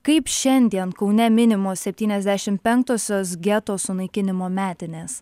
kaip šiandien kaune minimos septyniasdešim penktosios geto sunaikinimo metinės